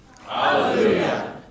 Hallelujah